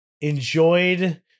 enjoyed